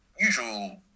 usual